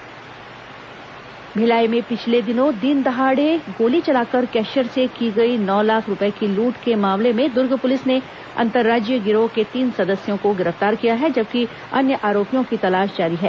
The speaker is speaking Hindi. भिलाई लूट आरोपी गिरफ्तार भिलाई में पिछले दिनों दिनदहाड़े गोली चलाकर कैशियर से की गई नौ लाख रूपए की लूट के मामले में दूर्ग पुलिस ने अंतर्राज्यीय गिरोह के तीन सदस्यों को गिरफ्तार किया है जबकि अन्य आरोपियों की तलाश जारी है